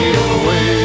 away